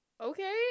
okay